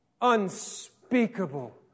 unspeakable